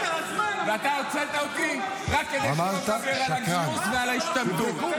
ואתה הוצאת אותי רק כדי שלא אדבר על הגיוס ועל ההשתמטות.